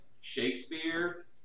Shakespeare